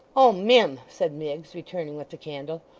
oh, mim said miggs, returning with the candle.